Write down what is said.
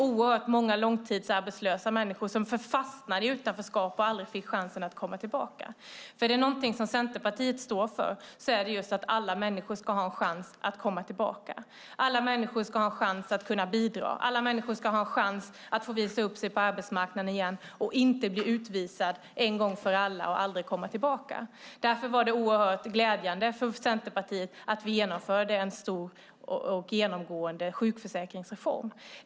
Man såg att många långtidsarbetslösa fastnat i utanförskap och aldrig fått chansen att komma tillbaka. Om det är något Centerpartiet står för så är det att alla människor ska ha en chans att komma tillbaka. Alla ska ha en chans att kunna bidra. Alla ska ha en chans att få visa upp sig på arbetsmarknaden och inte bli utvisade en gång för alla och aldrig kunna komma tillbaka. Därför var det oerhört glädjande att Centerpartiet genomförde en stor och genomgående sjukförsäkringsreform.